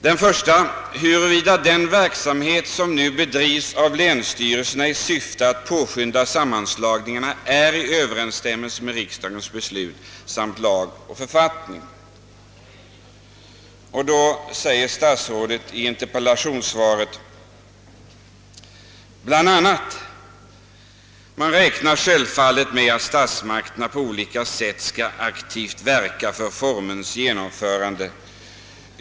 Den första gällde huruvida den verksamhet, som nu bedrivs av länsstyrelserna i syfte att påskynda sammanslagningarna, är i överensstämmelse med riksdagens beslut samt lag och författning. Statsrådet säger i interpellationssvaret bl.a.: »Man räknade självfallet med att statsmakterna på olika sätt skulle aktivt verka för reformens genomförande.